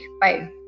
Bye